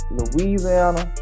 Louisiana